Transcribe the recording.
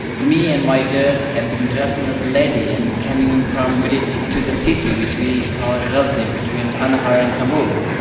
me and my dad had been dressing as a lady and coming from the village to the city, which we called ghasni between kandahar and kabul.